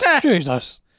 Jesus